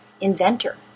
inventor